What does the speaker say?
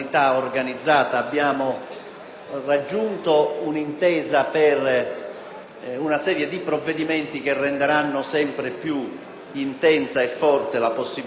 raggiunto un'intesa in materia di provvedimenti che renderanno sempre più intensa e forte la possibilità di combattere le mafie.